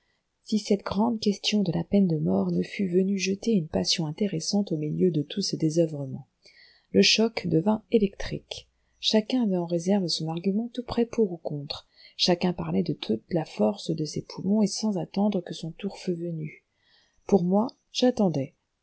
si cette grande question de la peine de mort ne fût venue jeter une passion intéressante au milieu de tout ce désoeuvrement le choc devint électrique chacun avait en réserve son argument tout prêt pour ou contre chacun parlait de toute la force de ses poumons et sans attendre que son tour fût venu pour moi j'attendais